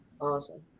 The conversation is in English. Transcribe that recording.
awesome